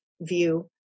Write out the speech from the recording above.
view